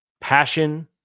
Passion